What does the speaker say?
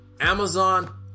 Amazon